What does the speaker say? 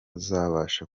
uzabasha